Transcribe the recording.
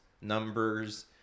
numbers